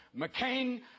McCain